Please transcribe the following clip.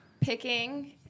picking